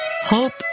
hope